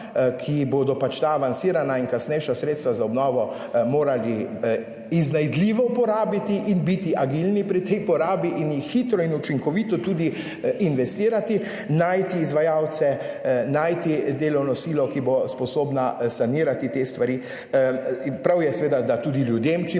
ki bodo ta lansirana in kasnejša sredstva za obnovo morali iznajdljivo uporabiti in biti agilni pri tej porabi in jih hitro in učinkovito tudi investirati, najti izvajalce, najti delovno silo, ki bo sposobna sanirati te stvari in prav je seveda, da tudi ljudem